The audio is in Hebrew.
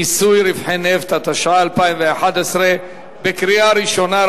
מיסוי רווחי נפט, התשע"א 2011, בקריאה ראשונה.